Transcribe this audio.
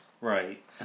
...right